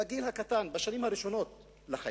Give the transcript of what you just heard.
בגיל קטן, בשנים הראשונות לחייו.